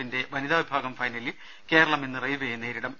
പ്പിന്റെ വനിതാ വിഭാഗം ഫൈനലിൽ കേരളം ഇന്ന് റെയിൽവെയെ നേരി ടും